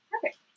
perfect